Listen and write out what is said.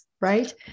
right